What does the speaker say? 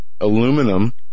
aluminum